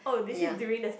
ya